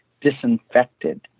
disinfected